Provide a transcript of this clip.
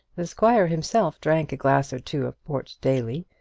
the squire himself drank a glass or two of port daily,